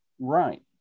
Right